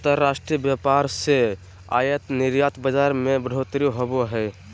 अंतर्राष्ट्रीय व्यापार से आयात निर्यात बाजार मे बढ़ोतरी होवो हय